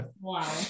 Wow